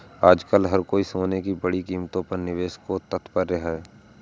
आजकल हर कोई सोने की बढ़ती कीमतों पर निवेश को तत्पर है